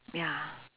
ya